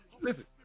listen